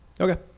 Okay